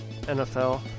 NFL